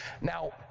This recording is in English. Now